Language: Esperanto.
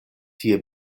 tie